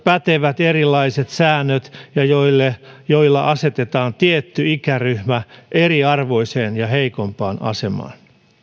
pätevät erilaiset säännöt ja joilla asetetaan tietty ikäryhmä eriarvoiseen ja heikompaan asemaan